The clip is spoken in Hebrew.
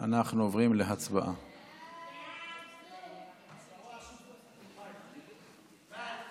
אנחנו עוברים להצבעה על הצעת חוק התאגיד לפיקוח וטרינרי (תיקוני חקיקה),